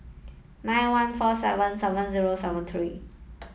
nine one four seven seven zero seven three